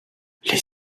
les